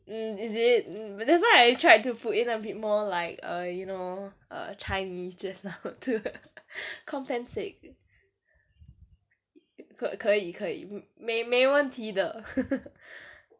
mm is it mm that's why I tried to put in a bit more like err you know err chinese just now to compensate 可可以可以没没问题的